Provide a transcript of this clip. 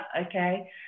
okay